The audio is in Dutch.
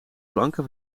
planken